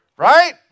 right